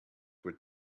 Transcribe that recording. were